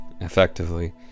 Effectively